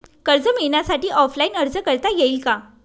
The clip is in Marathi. कर्ज मिळण्यासाठी ऑफलाईन अर्ज करता येईल का?